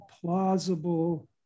plausible